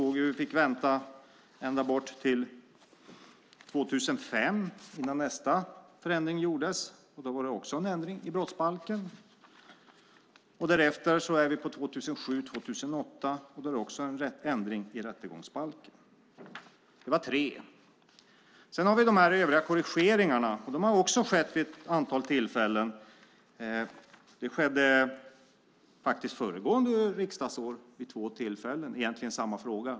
Vi fick vänta ända till 2005 08, och då var det en ändring i rättegångsbalken. De övriga korrigeringarna har skett vid ett antal tillfällen. Det skedde faktiskt vid två tillfällen föregående riksdagsår, då det egentligen gällde samma fråga.